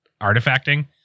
artifacting